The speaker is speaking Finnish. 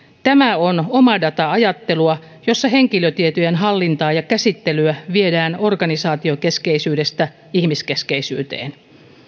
tämä on omadata ajattelua jossa henkilötietojen hallintaa ja käsittelyä viedään organisaatiokeskeisyydestä ihmiskeskeisyyteen